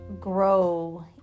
grow